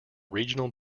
regional